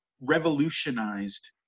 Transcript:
revolutionized